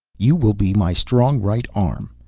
you will be my strong right arm.